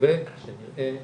מקווה שנראה